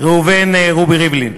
ראובן רובי ריבלין.